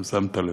אם שמת לב.